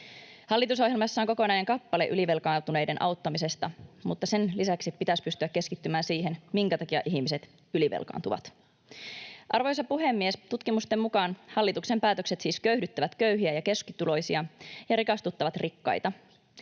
Hallitusohjelmassa on kokonainen kappale ylivelkaantuneiden auttamisesta, mutta sen lisäksi pitäisi pystyä keskittymään siihen, minkä takia ihmiset ylivelkaantuvat. Arvoisa puhemies! Tutkimusten mukaan hallituksen päätökset siis köyhdyttävät köyhiä ja keskituloisia ja rikastuttavat rikkaita.